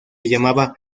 llamaba